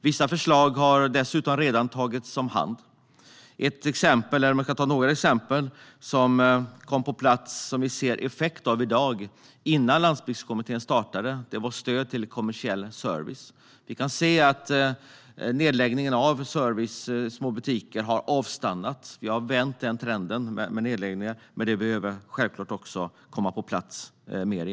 Vissa förslag har dessutom redan tagits om hand. Ett exempel, som kom på plats innan Landsbygdskommittén startade och som vi ser effekt av i dag, är stöd till kommersiell service. Vi kan se att nedläggningen av service och små butiker har avstannat; vi har vänt den trenden, men det behövs självklart mer.